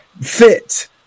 fit